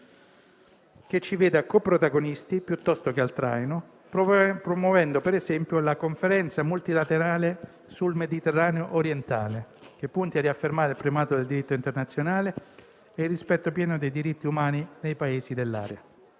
che ci veda coprotagonisti piuttosto che al traino, promuovendo ad esempio la conferenza multilaterale sul Mediterraneo orientale, che punti e riaffermare il primato del diritto internazionale e il rispetto pieno dei diritti umani nei Paesi dell'area.